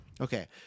Okay